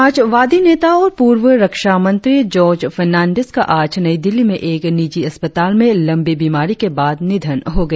समाजवादी नेता और पूर्व रक्षा मंत्री जार्ज फर्नांडिस का आज नई दिल्ली में एक निजी अस्पताल में लंबी बीमारी के बाद निधन हो गया